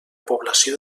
població